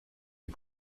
die